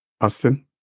Austin